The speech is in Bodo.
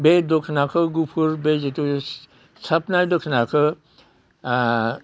बै दख'नाखौ गुफुर बै जिथु साबनाय दख'नाखौ